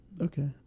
Okay